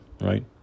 right